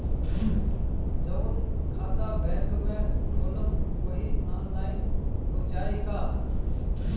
जवन खाता बैंक में खोलम वही आनलाइन हो जाई का?